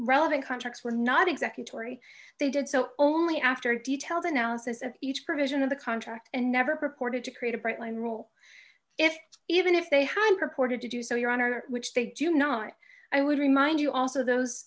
relevant contracts were not exactly torrie they did so only after detailed analysis of each provision of the contract and never purported to create a bright line rule if even if they had purported to do so your honor which they do not i would remind you also those